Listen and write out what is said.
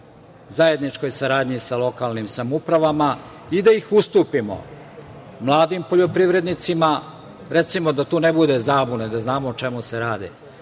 zajedničkoj saradnji sa lokalnim samoupravama i da ih ustupimo mladim poljoprivrednicima. Recimo, da tu ne bude zabune da znamo o čemu se